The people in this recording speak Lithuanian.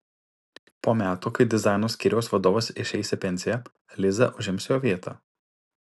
po metų kai dizaino skyriaus vadovas išeis į pensiją liza užims jo vietą